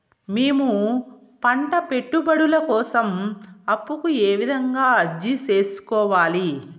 మేము పంట పెట్టుబడుల కోసం అప్పు కు ఏ విధంగా అర్జీ సేసుకోవాలి?